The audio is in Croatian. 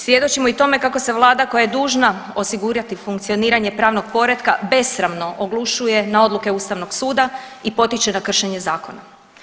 Svjedočimo i tome kako se vlada koja je dužna osigurati funkcioniranje pravnog poretka besramno oglušuje na odluke ustavnog suda i potiče na kršenje zakona.